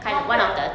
not bad ah